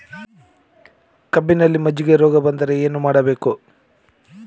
ಕಬ್ಬಿನಲ್ಲಿ ಮಜ್ಜಿಗೆ ರೋಗ ಬಂದರೆ ಏನು ಮಾಡಬೇಕು?